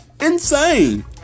Insane